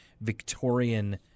Victorian